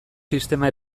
sistema